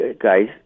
guys